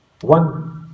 one